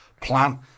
plan